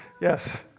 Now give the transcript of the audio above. Yes